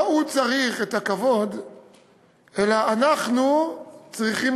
הוא לא צריך את הכבוד אלא אנחנו צריכים